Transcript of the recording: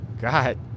God